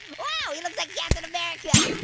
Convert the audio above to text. wow, he looks like captain america. yeah